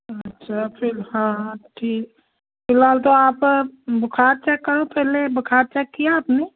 अच्छा फिर हाँ हाँ ठी फ़िलहाल तो आप बुखार चेक करो पहले बुखार चेक किया आपने